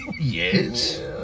Yes